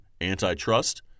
antitrust